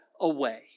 away